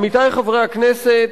עמיתי חברי הכנסת,